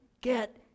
get